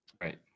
Right